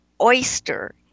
oyster